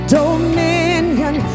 dominion